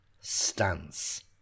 stance